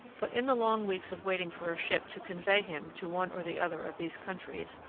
but in the long weeks of waiting for a ship to convey him to one or the other of these countries,